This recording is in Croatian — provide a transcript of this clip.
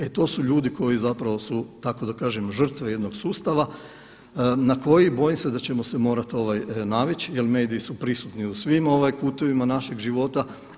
E to su ljudi koji zapravo su, tako da kažem žrtve jednog sustava na koji bojim se da ćemo se morati navići jer mediji su prisutni u svim kutovima našeg života.